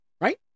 right